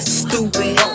stupid